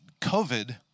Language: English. COVID